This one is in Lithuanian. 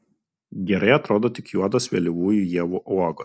gerai atrodo tik juodos vėlyvųjų ievų uogos